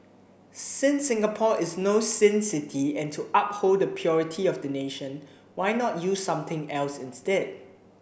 since Singapore is no sin city and to uphold the purity of the nation why not use something else instead